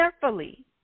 carefully